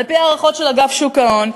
על-פי הערכות של אגף שוק ההון,